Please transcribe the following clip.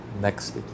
next